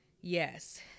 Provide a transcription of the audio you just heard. Yes